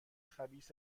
خبیث